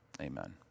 amen